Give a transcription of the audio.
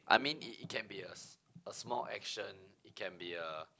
I mean it it can be a s~ small action it can be a